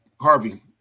Harvey